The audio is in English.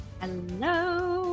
Hello